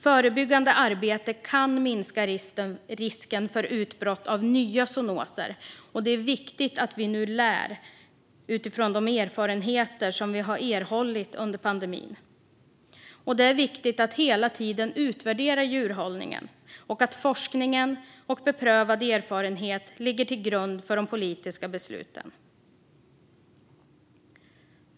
Förebyggande arbete kan minska risken för utbrott av nya zoonoser, och det är viktigt att vi nu lär av de erfarenheter vi erhållit under pandemin. Det är viktigt att vi hela tiden utvärderar djurhållningen och att forskning och beprövad erfarenhet ligger till grund för de politiska besluten.